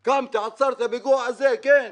קמתי, עצרתי הפיגוע הזה, כן.